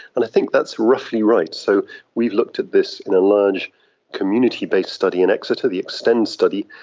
and i think that's roughly right. so we've looked at this in a large community-based study in exeter, the extend study,